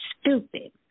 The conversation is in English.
stupid